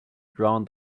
drown